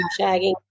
shagging